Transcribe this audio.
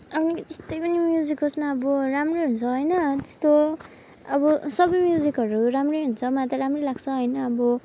अनि के जस्तै पनि म्युजिक होस् न अब राम्रै हुन्छ होइन त्यस्तो अब सबै म्युजिकहरू राम्रै हुन्छ मलाई त राम्रै लाग्छ होइन अब